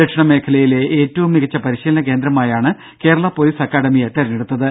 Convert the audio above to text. ദക്ഷിണ മേഖലയിലെ ഏറ്റവും മികച്ച പരിശീലന കേന്ദ്രമായാണ് കേരളാ പൊലീസ് അക്കാഡമിയെ തെരഞ്ഞെടുത്തത്